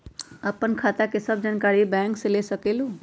आपन खाता के सब जानकारी बैंक से ले सकेलु?